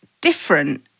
different